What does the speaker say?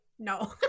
No